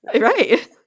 Right